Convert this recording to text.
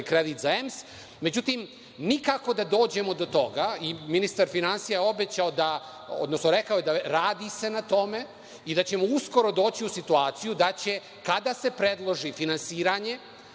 kredit za EMS. Međutim, nikako da dođemo do toga. Ministar finansija je obećao, odnosno rekao je da se radi na tome i da ćemo uskoro doći u situaciju da će, kada se predloži finansiranje